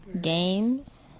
games